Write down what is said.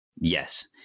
yes